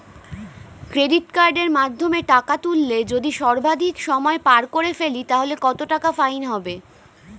Credit কার্ডের মাধ্যমে টাকা তুললে যদি সর্বাধিক সময় পার করে ফেলি তাহলে কত টাকা ফাইন হবে?